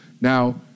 Now